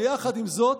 ועם זאת,